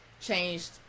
changed